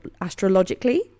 astrologically